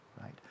right